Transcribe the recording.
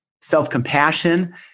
self-compassion